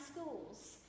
schools